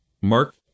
Mark